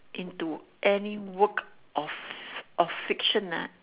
into any work of of fiction ah